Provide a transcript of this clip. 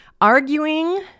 arguing